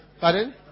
Pardon